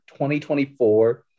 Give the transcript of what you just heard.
2024